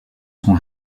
son